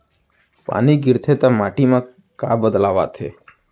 पानी गिरथे ता माटी मा का बदलाव आथे?